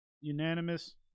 unanimous